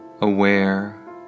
aware